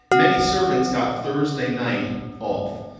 many servants got thursday night off.